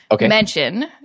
mention